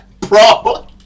Bro